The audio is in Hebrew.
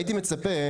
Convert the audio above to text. הייתי מצפה